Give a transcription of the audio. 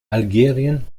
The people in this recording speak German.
algerien